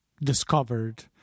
discovered